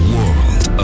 World